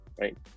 Right